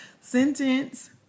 sentence